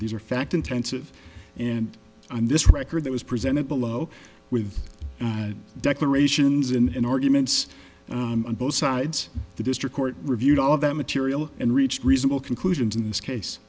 these are fact intensive and on this record that was presented below with declarations and arguments on both sides the district court reviewed all of that material and reached reasonable conclusions in this case